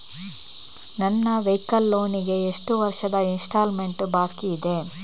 ನನ್ನ vehicle loan ಗೆ ಎಷ್ಟು ವರ್ಷದ ಇನ್ಸ್ಟಾಲ್ಮೆಂಟ್ ಬಾಕಿ ಇದೆ?